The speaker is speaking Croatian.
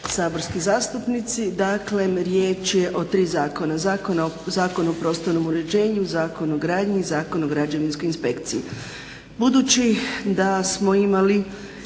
saborski zastupnici. Dakle riječ je o tri zakona, Zakon o prostornom uređenju, Zakon o gradnji, Zakon o građevinskoj inspekciji. Budući da smo imali